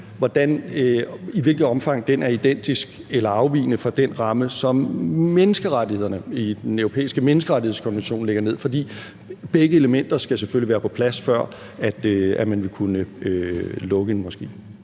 ned over det, er identisk eller afvigende fra den ramme, som menneskerettighederne i Den Europæiske Menneskerettighedskonvention lægger ned over det, for begge elementer skal selvfølgelig være på plads, før man vil kunne lukke en moské.